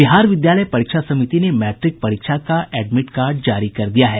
बिहार विद्यालय परीक्षा समिति ने मैट्रिक परीक्षा का एडमिट कार्ड जारी कर दिया है